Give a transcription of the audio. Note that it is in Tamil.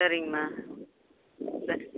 சரிங்கம்மா சரி